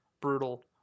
brutal